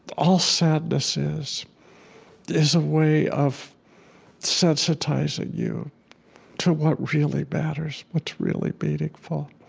all sadness is is a way of sensitizing you to what really matters, what's really meaningful.